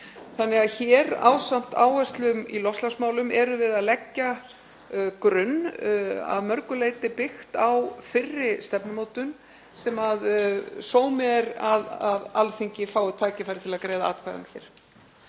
þannig að hér, ásamt áherslum í loftslagsmálum, erum við að leggja grunn, að mörgu leyti byggt á þeirri stefnumótun sem sómi er að að Alþingi fái tækifæri til að greiða atkvæði um hér.